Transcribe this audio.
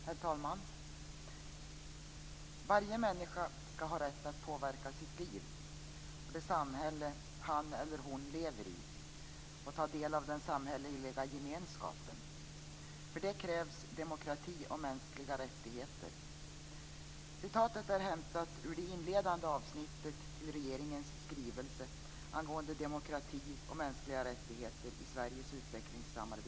Herr talman! "Varje människa skall - ha rätt att påverka sitt liv och det samhälle han eller hon lever i och ta del av den samhälleliga gemenskapen. För det krävs demokrati och mänskliga rättigheter." Citatet är hämtat ur det inledande avsnittet av regeringens skrivelse angående demokrati och mänskliga rättigheter i Sveriges utvecklingssamarbete.